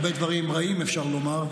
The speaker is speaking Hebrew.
הרבה דברים רעים אפשר לומר,